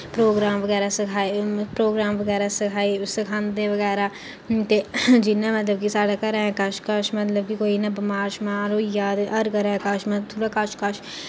programme बगैरा सखाए programme बगैरा सखाए सखांदे बगैरा ते जि'यां मतलब कि साढ़ै घरैं कच्छ कच्छ मतलब कि कोई इ'यां बमार शमार होई गेआ ते हर घरैं कच्छ मतलब कच्छ कच्छ